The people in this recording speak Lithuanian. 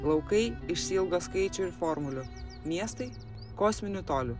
laukai išsiilgo skaičių ir formulių miestai kosminių tolių